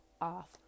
off